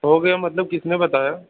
हो गया मतलब किसने बताया